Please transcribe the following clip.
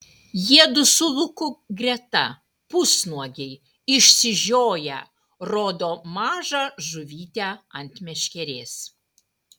jiedu su luku greta pusnuogiai išsižioję rodo mažą žuvytę ant meškerės